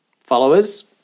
Followers